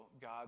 God